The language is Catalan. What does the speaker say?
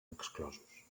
exclosos